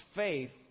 faith